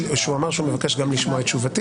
שהוא אמר שהוא מבקש גם לשמוע את תשובתי